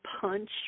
punch